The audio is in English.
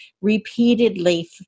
repeatedly